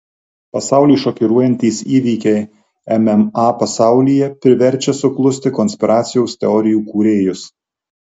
pasaulį šokiruojantys įvykiai mma pasaulyje priverčia suklusti konspiracijos teorijų kūrėjus